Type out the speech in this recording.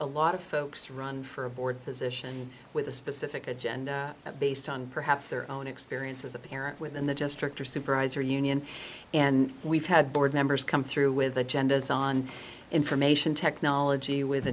a lot of folks run for a board position with a specific agenda based on perhaps their own experience as a parent within the just director supervisor union and we've had board members come through with agendas on information technology with